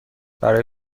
برای